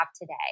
today